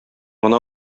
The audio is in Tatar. гына